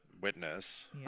witness